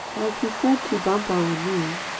as he said to bumpo and me,